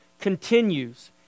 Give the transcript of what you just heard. continues